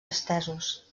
estesos